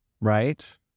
Right